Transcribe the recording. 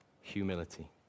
humility